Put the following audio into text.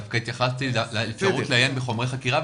דווקא התייחסתי לאפשרות לעיין בחומרי חקירה,